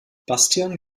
bastian